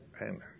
Amen